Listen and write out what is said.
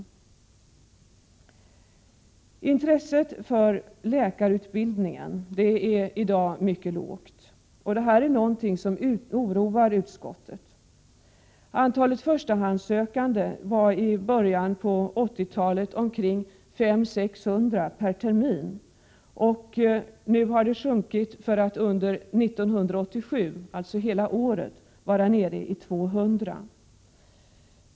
Intresset för tandläkarutbildning är i dag mycket lågt. Detta är någonting som oroar utskottet. Antalet förstahandssökande var i början av 80-talet omkring 500—600 per termin. Nu har det sjunkit för att under hela året 1987 vara nere i 200.